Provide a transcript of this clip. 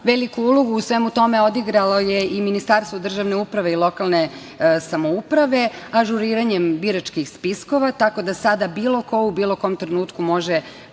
sajte. Veliku ulogu u svemu tome odigralo je i Ministarstvo državne uprave i lokalne samouprave ažuriranjem biračkih spiskova, tako da sada bilo ko u bilo kom trenutku može